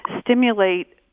stimulate